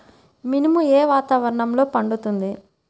మినుము ఏ వాతావరణంలో పండుతుంది?